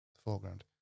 foreground